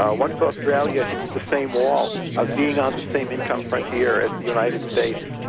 ah once australia hits the same wall of being on the same income frontier as the united states,